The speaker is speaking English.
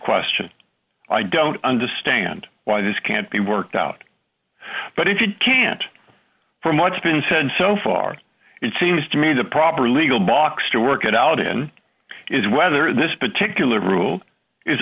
question i don't understand why this can't be worked out but if you can't for much been said so far it seems to me the proper legal box to work it out in is whether this particular rule is